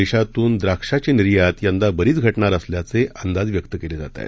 देशातून द्राक्षाची निर्यात यंदा बरीच घटणार असल्याचे अंदाज व्यक्त केले जात आहेत